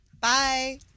Bye